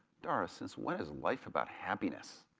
dara, since when is life about happiness?